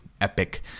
epic